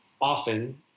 Often